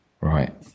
Right